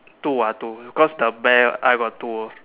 two ah two cause the bear I got two